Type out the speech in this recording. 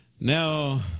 Now